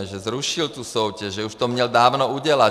Že zrušil tu soutěž, že už to měl dávno udělat.